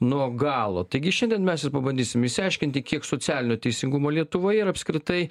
nuo galo taigi šiandien mes ir pabandysim išsiaiškint kiek socialinio teisingumo lietuvoje ir apskritai